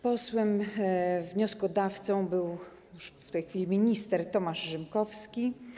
Posłem wnioskodawcą był już w tej chwili minister Tomasz Rzymkowski.